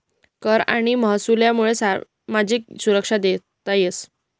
कर आणि महसूलमुये सामाजिक सुरक्षा देता येस